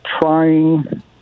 trying